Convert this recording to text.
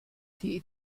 die